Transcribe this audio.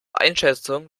einschätzung